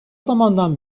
zamandan